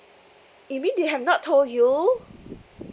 you mean they have not told you